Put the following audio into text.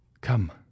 Come